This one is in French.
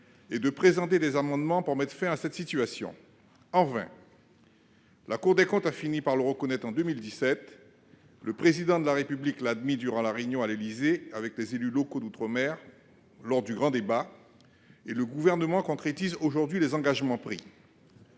et de présenter des amendements pour mettre fin à cette situation. En vain ! La Cour des comptes a fini par le reconnaître en 2017. Le Président de la République l'a admis durant la réunion organisée à l'Élysée avec les élus locaux d'outre-mer, lors du grand débat, et le Gouvernement concrétise aujourd'hui les engagements pris.